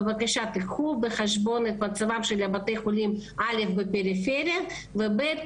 בבקשה קחו בחשבון את מצבם של בתי החולים בפריפריה ושל